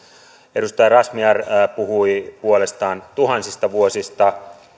edustaja razmyar puhui puolestaan tuhansista vuosista